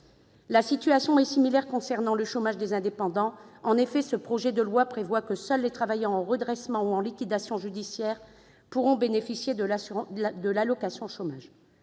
La situation est similaire s'agissant du chômage des indépendants. En effet, ce projet de loi prévoit que seuls les travailleurs en redressement ou en liquidation judiciaire pourront bénéficier de l'allocation chômage.